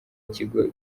ikigo